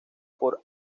por